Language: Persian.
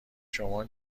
شما